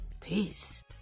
peace